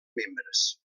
membres